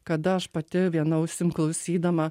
kada aš pati viena ausim klausydama